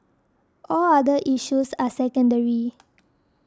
all other issues are secondary